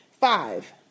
Five